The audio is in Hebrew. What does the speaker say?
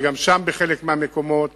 שגם שם בחלק מהמקומות,